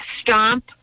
Stomp